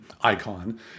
icon